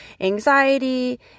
anxiety